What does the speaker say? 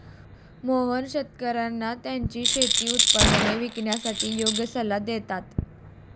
मोहन शेतकर्यांना त्यांची शेती उत्पादने विकण्यासाठी योग्य सल्ला देतात